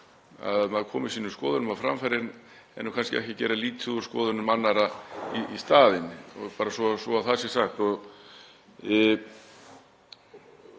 að maður komi sínum skoðunum á framfæri en geri kannski ekki lítið úr skoðunum annarra í staðinn, bara svo það sé sagt.